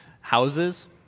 Houses